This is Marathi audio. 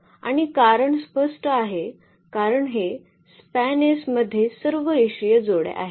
आणि कारण स्पष्ट आहे कारण हे स्पॅनएस SPAN मध्ये सर्व रेषीय जोड्या आहेत